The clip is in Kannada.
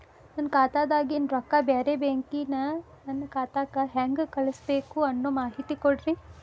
ನನ್ನ ಖಾತಾದಾಗಿನ ರೊಕ್ಕ ಬ್ಯಾರೆ ಬ್ಯಾಂಕಿನ ನನ್ನ ಖಾತೆಕ್ಕ ಹೆಂಗ್ ಕಳಸಬೇಕು ಅನ್ನೋ ಮಾಹಿತಿ ಕೊಡ್ರಿ?